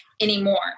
anymore